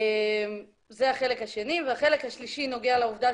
החלק השלישי נוגע לעובדה